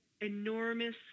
enormous